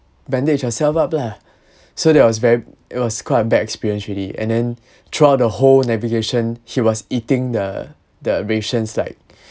bandage yourself up lah so that was very it was quite a bad experience already and then throughout the whole navigation he was eating the the rations like